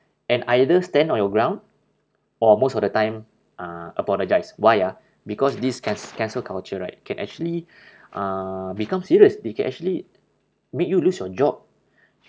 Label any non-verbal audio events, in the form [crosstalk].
and either stand on your ground or most of the time uh apologise why ah because this can~ cancel culture right can actually [breath] uh become serious they can actually make you lose your job